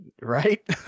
Right